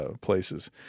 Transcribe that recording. places